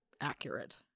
accurate